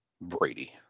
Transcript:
Brady